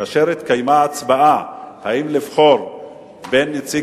כאשר התקיימה ההצבעה אם לבחור בין נציג